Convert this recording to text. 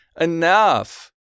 Enough